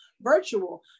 virtual